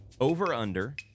Over-under